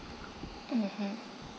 mmhmm